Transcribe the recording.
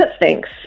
Thanks